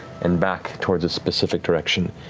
and back towards a specific direction.